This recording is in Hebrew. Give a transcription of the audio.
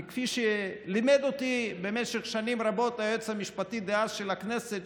כי כפי שלימד אותי במשך שנים רבות היועץ המשפטי דאז של הכנסת,